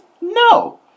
no